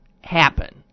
happen